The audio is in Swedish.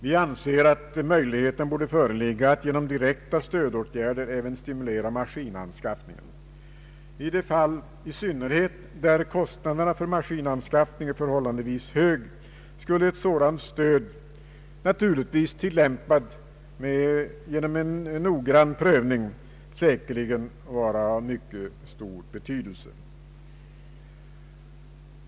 Vi anser att möjligheter borde föreligga att genom direkta stödåtgärder även stimulera maskinanskaffningen. I synnerhet i de fall där kostnaderna för maskinanskaffning är förhållandevis höga skulle ett sådant stöd — naturligtvis tillämpat efter en noggrann prövning — säkerligen vara av mycket stor betydelse.